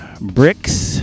Bricks